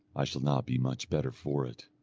i shall not be much better for it,